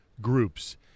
groups